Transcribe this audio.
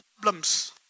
problems